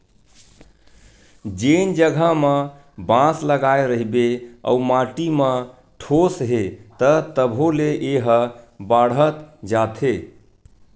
जेन जघा म बांस लगाए रहिबे अउ माटी म ठोस हे त तभो ले ए ह बाड़हत जाथे